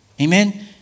Amen